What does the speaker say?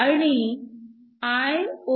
आणि Iop